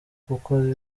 kuko